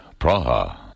Praha